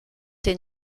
thé